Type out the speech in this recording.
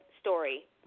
story